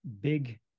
big